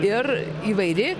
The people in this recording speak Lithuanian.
ir įvairi